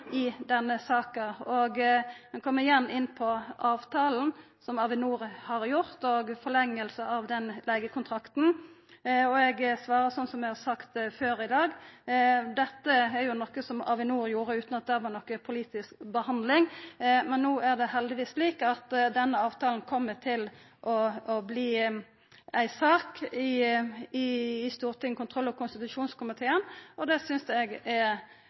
i denne saka. Han kom igjen inn på avtala som Avinor har gjort, og forlenginga av den leigekontrakten. Eg svarar sånn som eg har gjort før i dag: Dette er noko Avinor gjorde utan at det var nokon politisk behandling, men no er det heldigvis slik at denne avtala kjem til å verta ei sak i Stortinget, i kontroll- og konstitusjonskomiteen, og det synest eg er